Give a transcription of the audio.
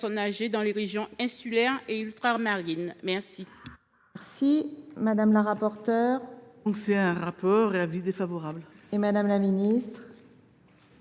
âgées dans les régions insulaires et ultramarines. Quel